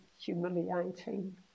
humiliating